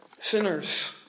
sinners